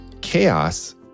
chaos